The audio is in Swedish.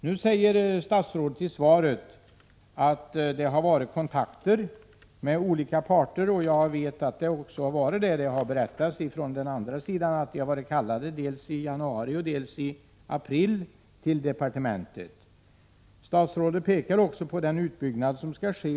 Nu säger statsrådet i svaret att det har förekommit kontakter med olika parter, och jag vet att detta också är riktigt. Det har berättats från pappersindustrins sida att man varit kallad till departementet dels i januari, dels i april. Statsrådet pekar också på den utbyggnad som skall ske.